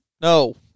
No